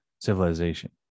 civilization